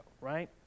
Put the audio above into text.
right